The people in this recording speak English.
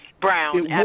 brown